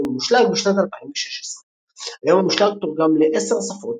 המושלג" בשנת 2016. היום המושלג תורגם ל-10 שפות לפחות.